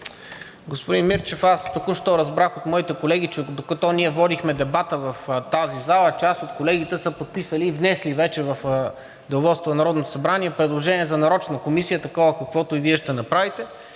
Господин Мирчев, аз току-що разбрах от моите колеги, че докато ние водихме дебата в тази зала, част от колегите са подписали и внесли вече в Деловодството на Народното събрание предложение за нарочна комисия, такова, каквото и Вие ще направите,